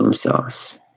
um source,